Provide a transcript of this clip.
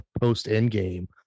post-Endgame